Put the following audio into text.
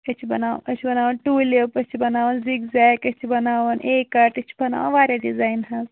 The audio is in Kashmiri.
سُہ چھِ بَناوان أسۍ چھِ بَناوان ٹوٗلِپ أسۍ چھِ بَناوان زِگ زیگ أسۍ چھِ بَناوان اے کَٹ أسۍ چھِ بَناوان واریاہ ڈِزایِن حظ